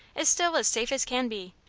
is still as safe as can be.